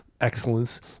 excellence